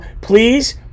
Please